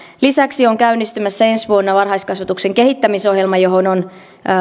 lisäksi on käynnistymässä ensi vuonna varhaiskasvatuksen kehittämisohjelma johon on